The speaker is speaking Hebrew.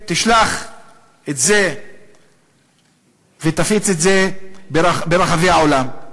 תשלח את זה ותפיץ את זה ברחבי העולם.